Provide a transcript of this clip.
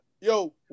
Yo